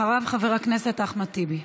אחריו, חבר הכנסת אחמד טיבי.